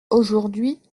aujourd’hui